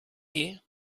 here